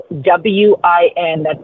W-I-N